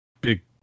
big